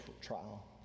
trial